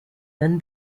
than